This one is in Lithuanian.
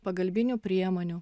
pagalbinių priemonių